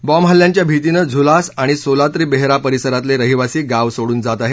बॉम्बहल्ल्यांच्या भीतीने झुलास आणि सोलात्री बेहरा परिसरातले रहिवासी गाव सोडून जात आहेत